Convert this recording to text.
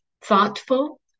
thoughtful